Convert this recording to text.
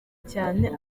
cyane